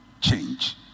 change